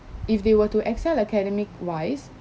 if they were to excel academic wise